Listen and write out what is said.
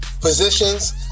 positions